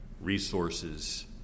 resources